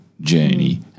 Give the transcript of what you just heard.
journey